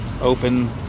open